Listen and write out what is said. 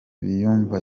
biyumva